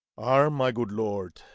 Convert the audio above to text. arm, my good lord!